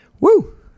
Woo